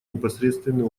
непосредственный